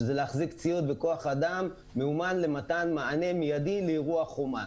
שזה להחזיק ציוד וכוח אדם מאומן למתן מענה מידי לאירוע חומ"ס,